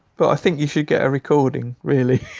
but i think you should get a recording, really.